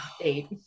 eight